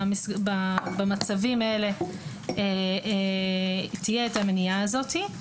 ובמצבים האלה תהיה את המניעה הזאת.